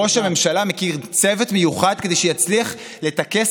ראש הממשלה מקים צוות מיוחד כדי שיצליח לטכס